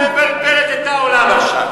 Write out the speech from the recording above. את מבלבלת את העולם עכשיו,